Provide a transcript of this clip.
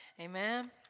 Amen